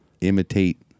imitate